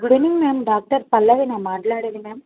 good evening ma'am doctor పల్లవినా మాట్లాడేది ma'am